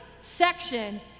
section